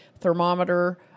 thermometer